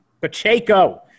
Pacheco